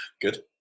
good